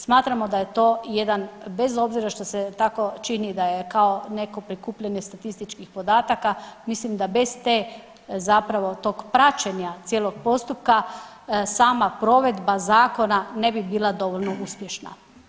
Smatramo da je to jedan bez obzira što se tako čini da je kao neko prikupljanje statističkih podataka, mislim da bez tog praćenja cijelog postupka sama provedba zakona ne bi bila dovoljno uspješna.